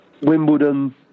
Wimbledon